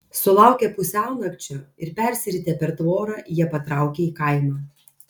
sulaukę pusiaunakčio ir persiritę per tvorą jie patraukė į kaimą